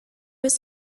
was